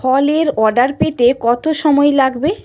ফলের অর্ডার পেতে কত সময় লাগবে